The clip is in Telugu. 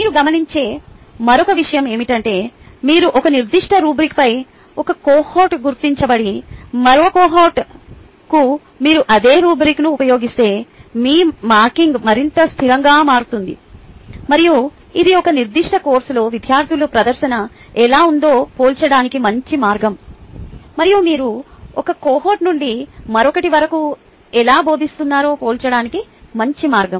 మీరు గమనించే మరొక విషయం ఏమిటంటే మీరు ఒక నిర్దిష్ట రుబ్రిక్పై ఒకే కోహోర్ట్కు గుర్తించబడి మరో కోహోర్ట్కు మీరు అదే రుబ్రిక్ను ఉపయోగిస్తే మీ మార్కింగ్ మరింత స్థిరంగా మారుతుంది మరియు ఇది ఒక నిర్దిష్ట కోర్సులో విద్యార్థులు ప్రదర్శన ఎలా ఉందో పోల్చడానికి మంచి మార్గం మరియు మీరు ఒక కోహోర్ట్కు నుండి మరొకటి వరకు ఎలా బోధిస్తున్నారో పోల్చడానికి మంచి మార్గం